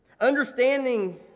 understanding